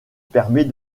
permet